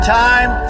time